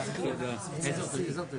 הישיבה ננעלה בשעה 10:27.